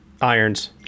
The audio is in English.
Irons